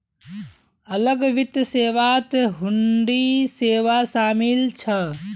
अलग वित्त सेवात हुंडी सेवा शामिल छ